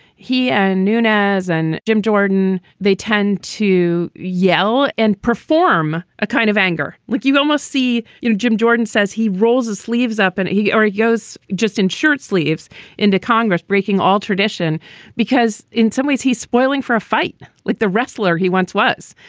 he and nunez and jim jordan, they tend to yell and perform a kind of anger. look, you almost see you know jim jordan says he rolls his sleeves up and he argo's just in shirtsleeves into congress, breaking all tradition because in some ways he's spoiling for a fight with the wrestler he once was.